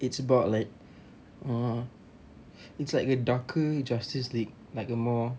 it's about like uh it's like a darker justice league like a more